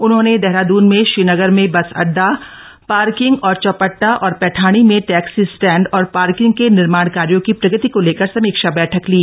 उन्होंने देहरादून में श्रीनगर में बस अड्डा पार्किंग और चौबट्टा और पैठाणी में टैक्सी स्टैण्ड और पार्किंग के निर्माण कार्यों की प्रगति को लेकर समीक्षा बैठक ली